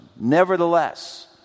nevertheless